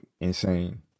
insane